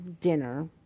dinner